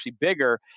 bigger